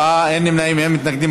בעד, 54, אין נמנעים, אין מתנגדים.